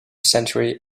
century